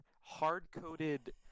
hard-coded